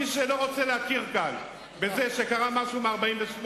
מי שלא רוצה להכיר בכך שקרה כאן משהו מ-1948,